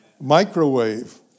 Microwave